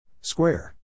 Square